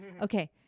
okay